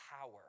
power